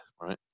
right